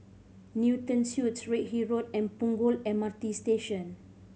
Newton Suites Redhill Road and Punggol M R T Station